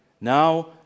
now